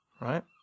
right